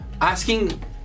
asking